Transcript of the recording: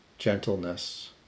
gentleness